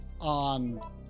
on